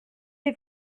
est